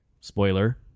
Spoiler